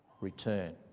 return